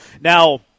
Now